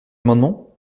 amendements